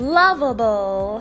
lovable